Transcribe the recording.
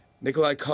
Nikolai